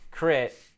crit